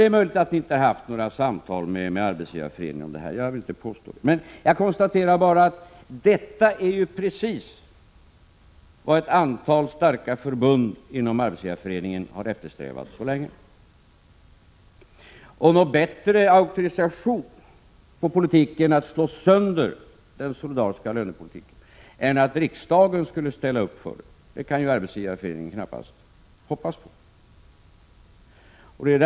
Det är möjligt att ni inte har haft några samtal med Arbetsgivareföreningen om detta — jag vill inte påstå det. Jag konstaterar bara: Detta är precis vad ett antal starka förbund inom Arbetsgivareföreningen har eftersträvat så länge. Och någon bättre auktorisation för politiken att slå sönder den solidariska lönepolitiken än att riksdagen skulle ställa upp för den kan ju Arbetsgivareföreningen knappast hoppas på.